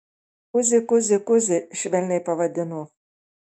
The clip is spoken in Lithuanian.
kuzi kuzi kuzi švelniai pavadino